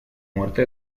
muerte